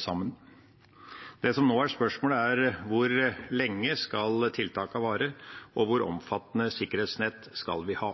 sammen. Det som nå er spørsmålene, er: Hvor lenge skal tiltakene vare, og hvor omfattende sikkerhetsnett skal vi ha?